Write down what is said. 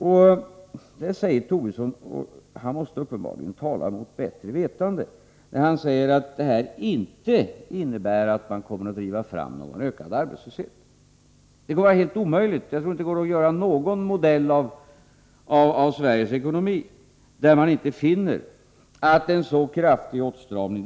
Lars Tobisson säger — och här måste han uppenbarligen tala mot bättre vetande — att detta inte innebär att man kommer att driva fram någon ökad arbetslöshet. Det resonemanget är helt omöjligt. Jag tror inte det går att göra någon modell för Sveriges ekonomi där inte en så kraftig åtstramning får denna effekt.